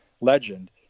legend